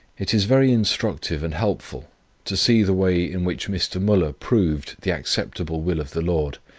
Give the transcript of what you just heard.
it is very instructive and helpful to see the way in which mr. muller proved the acceptable will of the lord,